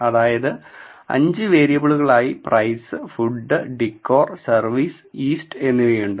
അതായത് 5 വേരിയബിളുകളായി price food decor service east എന്നിവയുണ്ട്